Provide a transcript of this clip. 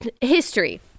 history